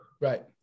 Right